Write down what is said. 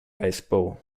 baseball